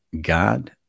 God